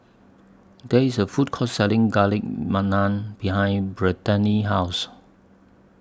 There IS A Food Court Selling Garlic behind Brittany's House